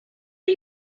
are